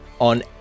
on